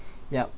yup